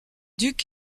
duc